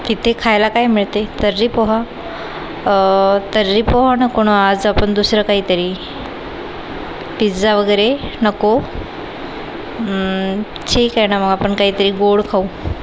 तिथे खायला काय मिळते तर्री पोहा तर्री पोहा नको ना आज आपण दुसरं काहीतरी पिझ्झा वगैरे नको ठीक आहे नं मग आपण काहीतरी गोड खाऊ